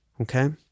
okay